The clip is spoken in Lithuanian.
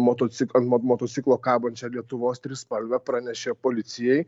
motocik ant ant motociklo kabančią lietuvos trispalvę pranešė policijai